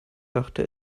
dachte